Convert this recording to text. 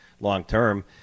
long-term